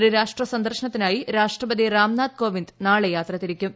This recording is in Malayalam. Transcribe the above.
ത്രിരാഷ്ട്ര സന്ദർശനത്തിനായി രാഷ്ട്രപതി രാംനാഥ് കോവിന്ദ് നാളെ യാത്ര തിരിക്കും